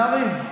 יריב.